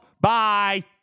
Bye